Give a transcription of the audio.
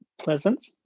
pleasant